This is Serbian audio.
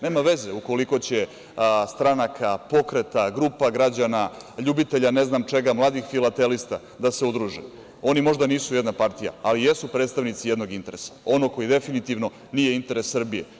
Nema veze u koliko će stranaka, pokreta, grupa građana, ljubitelja ne znam čega, mladih filatelista da se udruže, oni možda nisu jedna partija, ali jesu predstavnici jednog interesa, onog koji definitivno nije interes Srbije.